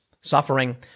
suffering